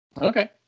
Okay